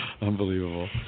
Unbelievable